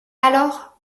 alors